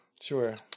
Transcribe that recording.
Sure